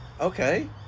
Okay